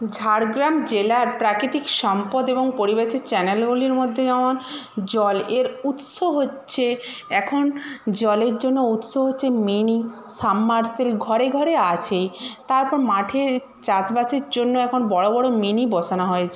ঝাড়গ্রাম জেলার প্রাকৃতিক সম্পদ এবং পরিবেশের চ্যানেলগুলির মধ্যে যেমন জলের উৎস হচ্ছে এখন জলের জন্য উৎস হচ্ছে মিনি সাবমারশিবল ঘরে ঘরে আছেই তারপর মাঠে চাষবাসের জন্য এখন বড়ো বড়ো মিনি বসানো হয়েছে